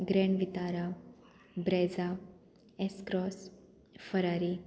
grand Vitara Brezza S cross Ferrari